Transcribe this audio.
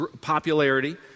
popularity